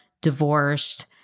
divorced